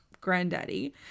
granddaddy